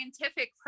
scientific